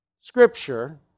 scripture